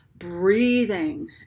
Breathing